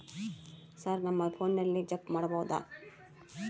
Sir ನಮ್ಮ ಫೋನಿನಲ್ಲಿ check ಮಾಡಬಹುದಾ?